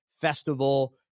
festival